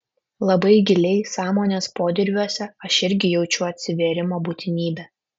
labai giliai sąmonės podirviuose aš irgi jaučiu atsivėrimo būtinybę